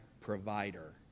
provider